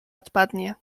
odpadnie